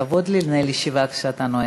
לכבוד הוא לי לנהל ישיבה כשאתה נואם.